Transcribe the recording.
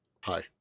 hi